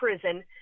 prison